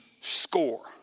score